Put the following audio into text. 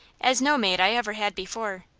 as no maid i ever had before.